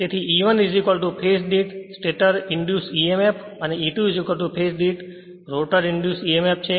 તેથી E1 phase દીઠ stator induce emf અને E2 ફેજ દીઠ રોટર ઇંડ્યુસ emf છે